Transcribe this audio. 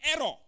error